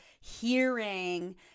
hearing